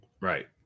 Right